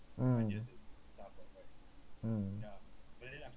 mm mm